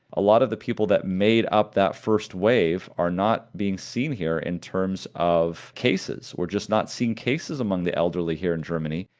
a lot of the people that made up that first wave are not being seen here, in terms of cases, we're just not seeing cases among the elderly here in germany.